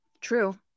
true